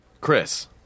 Chris